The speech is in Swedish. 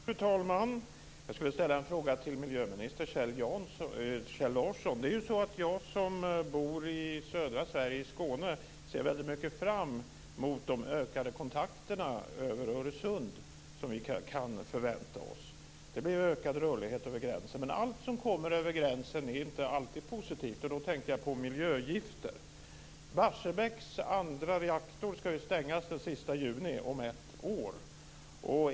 Fru talman! Jag vill ställa en fråga till miljöminister Kjell Larsson. Jag som bor i södra Sverige, i Skåne, ser väldigt mycket fram mot de ökade kontakterna över Öresund som vi kan förvänta oss. Det blir ökad rörlighet över gränsen. Men allt som kommer över gränsen är inte alltid positivt, och då tänker jag på miljögifter. Barsebäcks andra reaktor ska ju stängas den 30 juni nästa år.